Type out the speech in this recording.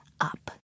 Up